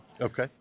Okay